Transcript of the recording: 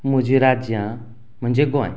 म्हज्या राज्यांत म्हणजे गोंय